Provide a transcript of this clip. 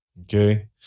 Okay